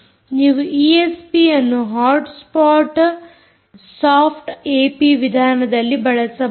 ನೀವು ಈ ಈಎಸ್ಪಿಯನ್ನು ಹಾಟ್ ಸ್ಪಾಟ್ ಸಾಫ್ಟ್ ಏಪಿ ವಿಧಾನದಲ್ಲಿ ಬಳಸಬಹುದು